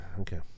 Okay